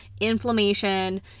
inflammation